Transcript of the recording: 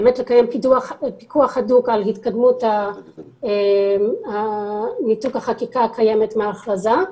באמת לקיים פיקוח הדוק על התקדמות ניתוק החקיקה הקיימת מההכרזה,